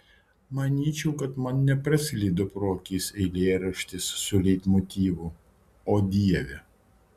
manyčiau kad man nepraslydo pro akis eilėraštis su leitmotyvu o dieve